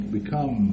become